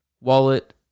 wallet